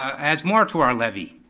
adds more to our levy.